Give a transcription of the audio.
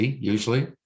usually